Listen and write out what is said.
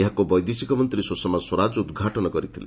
ଏହାକୁ ବୈଦେଶିକମନ୍ତ୍ରୀ ସୁଷମା ସ୍ୱରାଜ ଉଦ୍ଘାଟନ କରିଥିଲେ